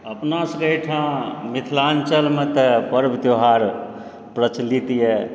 अपना सभकेँ ओहिठाम मिथिलाञ्चलमे तऽ पर्व त्यौहार प्रचलितए